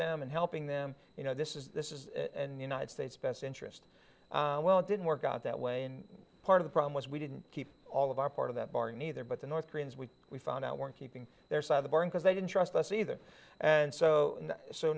them and helping them you know this is this is an united states best interest well it didn't work out that way and part of the problem was we didn't keep all of our part of that bargain either but the north koreans we we found out weren't keeping their side of the barn because they didn't trust us either and so